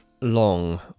long